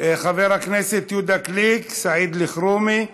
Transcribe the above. חבר הכנסת יהודה גליק, חבר הכנסת סעיד אלחרומי,